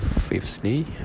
Fifthly